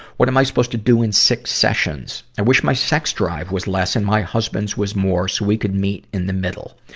what am i supposed to do in six sessions? i wish my sex drive was less and my husband's was more, so we could meet in the middle.